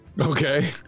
Okay